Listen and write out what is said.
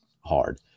hard